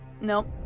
Nope